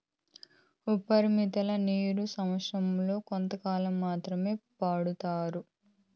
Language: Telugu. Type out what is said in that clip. ఉపరితల నీరు సంవచ్చరం లో కొంతకాలం మాత్రమే పారుతాయి